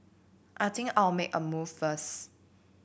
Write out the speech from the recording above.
I think I'll make a move first